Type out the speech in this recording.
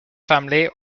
family